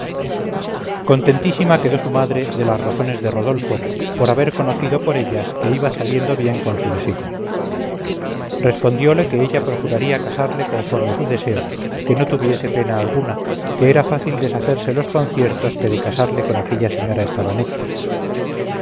contentísima quedó su madre de las razones de rodolfo por haber conocido por ellas que iba saliendo bien con su designio respondióle que ella procuraría casarle conforme su deseo que no tuviese pena alguna que era fácil deshacerse los conciertos que de casarle con aquella señora estaban hechos